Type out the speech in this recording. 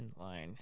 inline